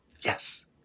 Yes